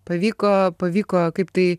pavyko pavyko kaip tai